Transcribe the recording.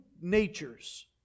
natures